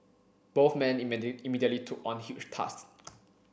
both men immediately took on huge tasks